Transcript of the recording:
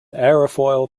aerofoil